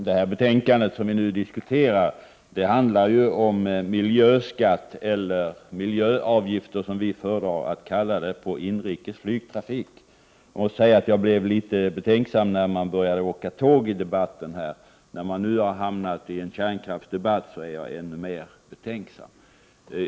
Fru talman! Betänkandet som vi nu diskuterar handlar om miljöskatter, eller miljöavgifter som vi föredrar att kalla det, på inrikes flygtrafik. Jag blev litet betänksam när man började åka tåg i debatten. När man nu har hamnat i en kärnkraftsdebatt, blir jag ännu mer betänksam.